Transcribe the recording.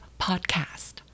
podcast